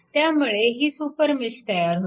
त्यामुळे ही सुपरमेश तयार होते